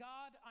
God